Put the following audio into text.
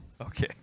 Okay